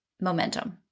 momentum